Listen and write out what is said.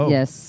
Yes